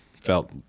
felt